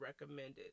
recommended